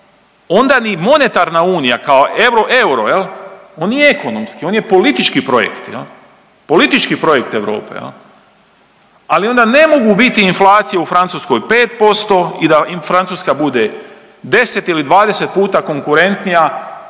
onda ni monetarna unija kao euro, on nije ekonomski, on je politički projekt, politički projekt Europe, ali onda ne mogu biti inflacije u Francuskoj 5% i da Francuska bude 10 ili 20 puta konkurentnija